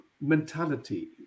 mentality